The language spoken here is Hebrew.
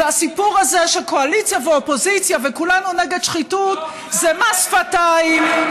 והסיפור הזה של קואליציה ואופוזיציה ו"כולנו נגד שחיתות" זה מס שפתיים.